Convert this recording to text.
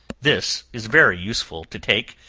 this is very useful to take,